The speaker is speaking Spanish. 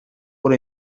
por